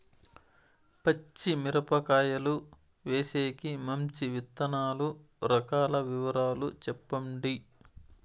పచ్చి మిరపకాయలు వేసేకి మంచి విత్తనాలు రకాల వివరాలు చెప్పండి?